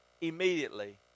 Immediately